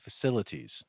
facilities